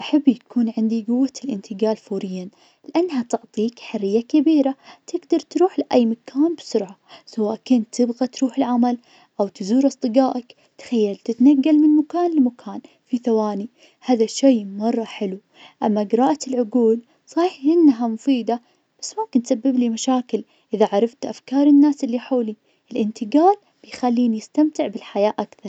أحب يكون عندي قوة الإنتقال فورياً, لأنها تعطيك حرية كبيرة, تقدر تروح لأي مكان بسرعة, سواء كنت تبغى تروح العمل, أو تزور أصدقائك, تخيل تتنقل من مكان لمكان في ثواني, هذا الشي مرة حلو, أما قرأة العقول, صحيح ينها مفيدة, بس ممكن تسبب لي مشاكل, إذا عرفت أفكار الناس اللي حولي, الإنتقال يخليني استمتع بالحياة أكثر.